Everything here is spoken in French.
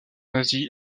asie